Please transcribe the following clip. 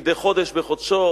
מדי חודש בחודשו,